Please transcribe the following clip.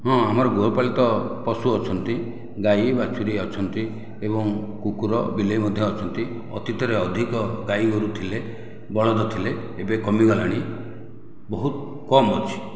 ହଁ ଆମର ଗୃହ ପାଳିତ ପଶୁ ଅଛନ୍ତି ଗାଈ ବାଛୁରୀ ଅଛନ୍ତି ଏବଂ କୁକୁର ବିଲେଇ ମଧ୍ୟ ଅଛନ୍ତି ଅତୀତରେ ଅଧିକ ଗାଈ ଗୋରୁ ଥିଲେ ବଳଦ ଥିଲେ ଏବେ କମିଗଲାଣି ବହୁତ କମ୍ ଅଛି